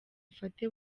ufate